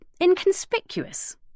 inconspicuous